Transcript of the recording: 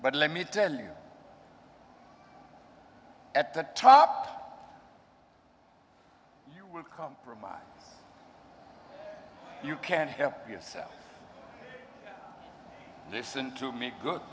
but let me tell you at the top you will compromise you can't help yourself listen to make good